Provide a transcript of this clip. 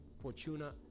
fortuna